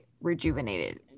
rejuvenated